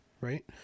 right